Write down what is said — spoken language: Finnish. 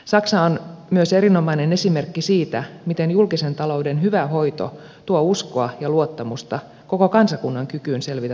saksa on myös erinomainen esimerkki siitä miten julkisen talouden hyvä hoito tuo uskoa ja luottamusta koko kansakunnan kykyyn selvitä talouskriiseistä